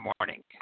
morning